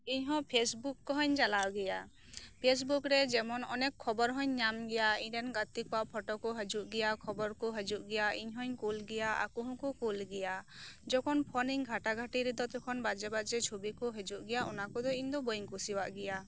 ᱤᱧ ᱦᱚᱸ ᱯᱷᱮᱹᱥᱵᱩᱠ ᱠᱚᱦᱚᱧ ᱪᱟᱞᱟᱣ ᱜᱮᱭᱟ ᱯᱷᱮᱹᱥᱵᱩᱠ ᱨᱮ ᱡᱮᱢᱚᱱ ᱚᱱᱮᱠ ᱠᱷᱚᱵᱚᱨ ᱦᱚᱸᱧ ᱧᱟᱢ ᱜᱮᱭᱟ ᱤᱧ ᱨᱮᱱ ᱜᱟᱛᱮ ᱠᱚᱣᱟᱜ ᱯᱷᱳᱴᱚ ᱠᱚ ᱦᱤᱡᱩᱜ ᱜᱮᱭᱟ ᱠᱷᱚᱵᱚᱨ ᱠᱚ ᱦᱤᱡᱩᱜ ᱜᱮᱭᱟ ᱤᱧ ᱦᱚᱧ ᱠᱳᱞ ᱜᱮᱭᱟ ᱟᱠᱚ ᱦᱚᱸᱠᱚ ᱠᱳᱞ ᱜᱮᱭᱟ ᱡᱮᱠᱷᱚᱱ ᱯᱷᱳᱱᱤᱧ ᱜᱷᱟᱴᱟ ᱜᱷᱟᱴᱤ ᱨᱮᱫᱚ ᱵᱟᱡᱮ ᱵᱟᱡᱮ ᱪᱷᱩᱵᱤ ᱠᱚ ᱦᱟᱡᱩᱜ ᱜᱮᱭᱟ ᱚᱱᱟ ᱠᱚᱫᱚ ᱤᱧ ᱫᱚ ᱵᱟᱹᱧ ᱠᱩᱥᱤᱭᱟᱜ ᱜᱮᱭᱟ